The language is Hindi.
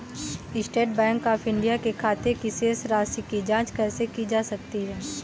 स्टेट बैंक ऑफ इंडिया के खाते की शेष राशि की जॉंच कैसे की जा सकती है?